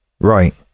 Right